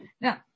Now